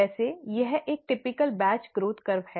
वैसे यह एक विशिष्ट बैच वृद्धि वक्र है